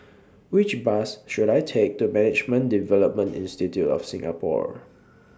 Which Bus should I Take to Management Development Institute of Singapore